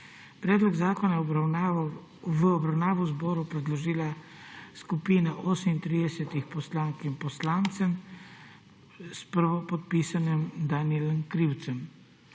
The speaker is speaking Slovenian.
Predlog zakona je v obravnavo zboru predložila skupina 38-ih poslank in poslancev s prvopodpisanim Danijelom Krivcem.